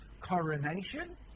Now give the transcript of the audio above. Coronation